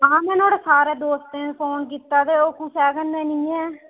हां में नुआड़े सारे दोस्तें गी फोन कीते ते ओह् कुसै कन्नै नेईं ऐ